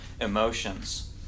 emotions